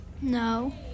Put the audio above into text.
No